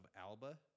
Alba